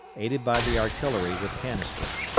aided by the artillery with canister.